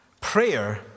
prayer